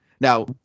Now